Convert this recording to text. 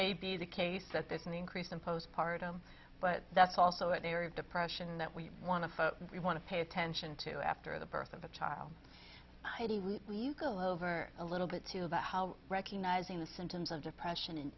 may be the case that there's an increase in post partum but that's also an area of depression that we want to we want to pay attention to after the birth of a child legal over a little bit to about how recognizing the symptoms of depression